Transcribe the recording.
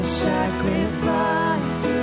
sacrifice